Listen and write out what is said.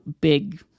big